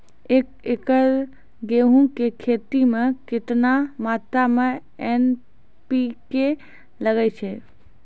एक एकरऽ गेहूँ के खेती मे केतना मात्रा मे एन.पी.के लगे छै?